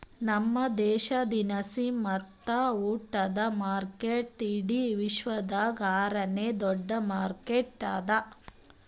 ನಮ್ ದೇಶ ದಿನಸಿ ಮತ್ತ ಉಟ್ಟದ ಮಾರ್ಕೆಟ್ ಇಡಿ ವಿಶ್ವದಾಗ್ ಆರ ನೇ ದೊಡ್ಡ ಮಾರ್ಕೆಟ್ ಅದಾ